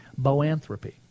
Boanthropy